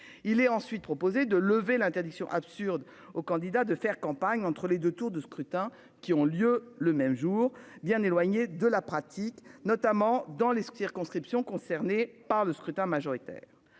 Il est ensuite proposé de lever l'interdiction absurde aux candidats de faire campagne entre les 2 tours de scrutin qui ont lieu le même jour bien éloignés de la pratique notamment dans les circonscriptions concernées par le scrutin majoritaire.